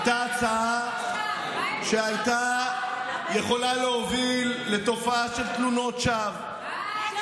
הייתה הצעה שהייתה יכולה להוביל לתופעה של תלונות שווא,